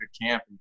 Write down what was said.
camp